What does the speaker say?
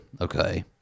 Okay